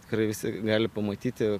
tikrai visi gali pamatyti